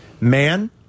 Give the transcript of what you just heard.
Man